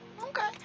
Okay